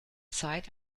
zeit